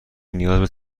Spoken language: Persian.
نیاز